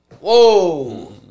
Whoa